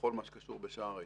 בכל מה שקשור בשער היציאה.